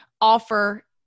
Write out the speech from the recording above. offer